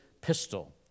pistol